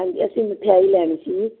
ਹਾਂਜੀ ਅਸੀਂ ਮਠਿਆਈ ਲੈਣੀ ਸੀ ਜੀ